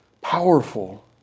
powerful